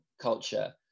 culture